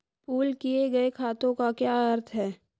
Pool किए गए खातों का क्या अर्थ है?